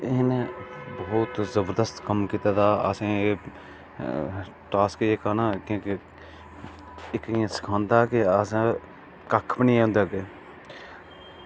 उनें बहुत जबरदस्त कम्म कीते दा अस एह् टास्क जेह्का ना इक्क ते सखोंदा ऐ असें कक्ख बी निं होंदा